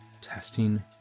testing